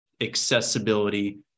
accessibility